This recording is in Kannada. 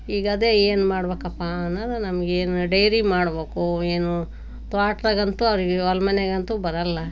ಈಗ ಅದೇ ಏನು ಮಾಡ್ಬೇಕಪ್ಪಾ ಅನ್ನೋದು ನಮ್ಗೇನು ಡೈರಿ ಮಾಡ್ಬೇಕು ಏನು ತೋಟ್ದಾಗಂತೂ ಅವ್ರಿಗೆ ಹೊಲ ಮನೆಯಾಗಂತೂ ಬರೋಲ್ಲ